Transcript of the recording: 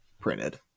printed